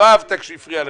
לא אהבת כשהוא הפריע לך.